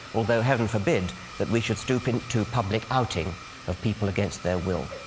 although heaven forbid that we should stoop and to public outing of people against their will.